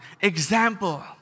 Example